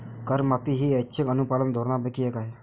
करमाफी ही ऐच्छिक अनुपालन धोरणांपैकी एक आहे